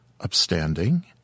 upstanding